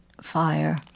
fire